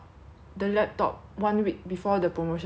the laptop one week before the promotion started